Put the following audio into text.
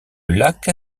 lac